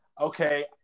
okay